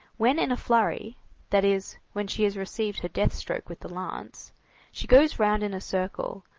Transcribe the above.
when in a flurry that is, when she has received her death-stroke with the lance she goes round in a circle,